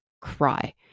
cry